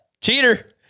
Cheater